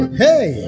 hey